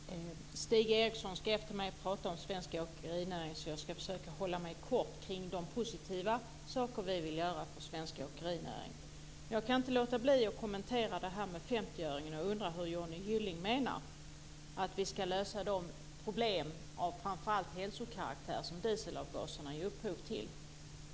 Fru talman! Stig Eriksson ska efter mig prata om svensk åkerinäring, så jag ska försöka hålla mig kort när det gäller de positiva saker vi vill göra för svensk åkerinäring. Men jag kan inte låta bli att kommentera det som sades om 50-öringen och undra hur Johnny Gylling menar att vi ska lösa de problem av framför allt hälsokaraktär som dieselavgaserna ger upphov till.